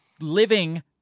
living